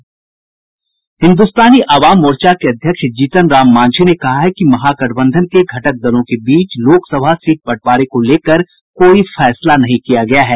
हिन्द्रस्तानी अवाम मोर्चा के अध्यक्ष जीतन राम मांझी ने कहा है कि महागठबंधन के घटक दलों के बीच लोकसभा सीट बंटवारे को लेकर कोई फैसला नहीं किया गया है